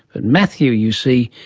but matthew, you see,